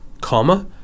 comma